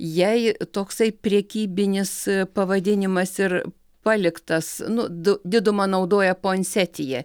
jai toksai prekybinis pavadinimas ir paliktas nu du didumą naudoja puansetija